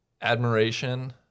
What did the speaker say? admiration